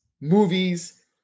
movies